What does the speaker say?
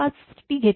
5T घेता